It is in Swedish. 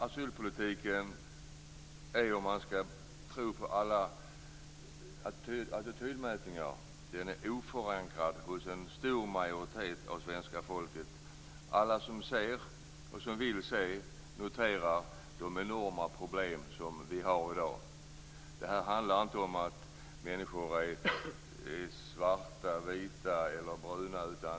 Asylpolitiken är, om man skall tro på alla attitydmätningar, oförankrad hos en stor majoritet av svenska folket. Alla som vill se noterar de enorma problem som vi har i dag. Det här handlar inte om att människor är svarta, vita eller bruna.